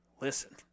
Listen